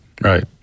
right